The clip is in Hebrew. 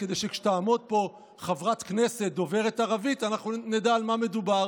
כדי שכשתעמוד פה חברת כנסת דוברת ערבית אנחנו נדע על מה מדובר.